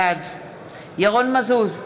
בעד ירון מזוז,